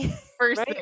First